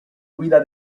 guida